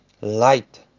light